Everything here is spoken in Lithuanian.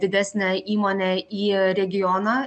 didesnę įmonę į regioną